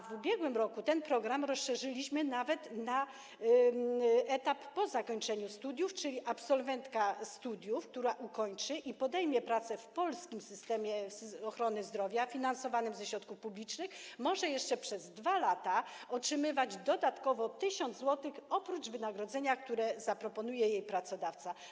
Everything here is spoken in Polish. W ubiegłym roku ten program rozszerzyliśmy nawet o etap po zakończeniu studiów, czyli absolwentka, która ukończy studia i podejmie pracę w polskim systemie ochrony zdrowia finansowanym ze środków publicznych, może jeszcze przez 2 lata otrzymywać dodatkowo 1 tys. zł, oprócz wynagrodzenia, które zaproponuje jej pracodawca.